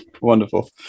wonderful